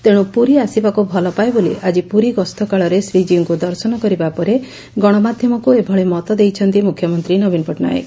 ତେଣୁ ପୁରୀ ଆସିବାକୁ ଭଲପାଏ ବୋଲି ଆକି ପୁରୀ ଗସ୍ତ କାଳରେ ଶ୍ରୀଜୀଉଙ୍କୁ ଦର୍ଶନ କରିବା ପରେ ଗଶମାଧ୍ଧମକୁ ଏଭଳି ମତ ଦେଇଛନ୍ତି ମୁଖ୍ୟମନ୍ତୀ ନବୀନ ପଟ୍ଟନାୟକ